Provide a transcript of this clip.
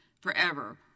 forever